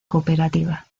cooperativa